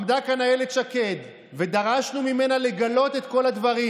עמדה כאן אילת שקד ודרשנו ממנה לגלות את כל הדברים